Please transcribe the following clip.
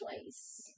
place